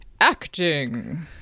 acting